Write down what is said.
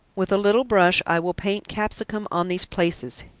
with a little brush i will paint capsicum on these places.